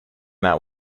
that